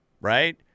right